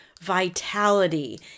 vitality